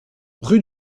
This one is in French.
rue